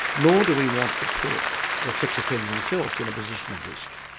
nor do we want to put the sex offenders themselves in a position of risk.